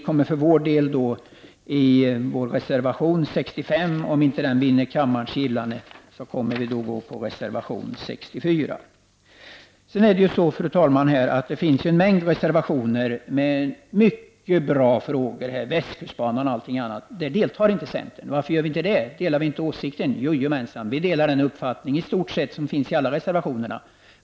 Om vår reservation 65 inte vinner kammarens gillande kommer vi för vår del att stödja reservation 64. Fru talman! Det finns en mängd reservationer där mycket bra saker tas upp som västkustbanan och annat, men där centern inte deltar. Varför gör vi inte det? Delar vi inte åsikterna? Jo, visst gör vi det. Vi delar i stort sett de uppfattningar som finns i alla reservationerna.